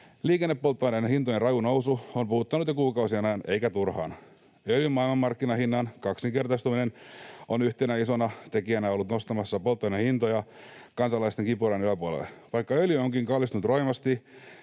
Liikennepolttoaineiden hintojen raju nousu on puhuttanut jo kuukausien ajan eikä turhaan. Öljyn maailmanmarkkinahinnan kaksinkertaistuminen on yhtenä isona tekijänä ollut nostamassa polttoaineen hintoja kansalaisten kipurajan yläpuolelle. Vaikka öljy onkin kallistunut roimasti,